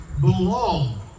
belong